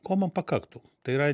ko man pakaktų tai yra